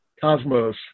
Cosmos